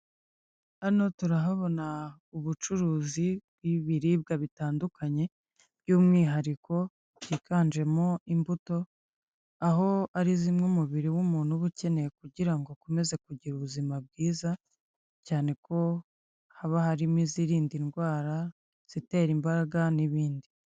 Hano turahabona ubucuruzi bw'ibiribwa bitandukanye by'umwihariko byiganjemo imbuto, aho ari zimwe umubiri w'umuntu uba ukeneye kugira ngo ukomeze kugira ubuzima bwiza cyane ko haba harimo iizirinda indwara zitera imbaraga n'ibindi.